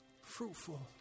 Fruitful